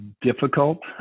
difficult